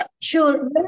Sure